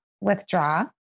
withdraw